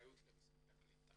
לאחריות למשרד הקליטה,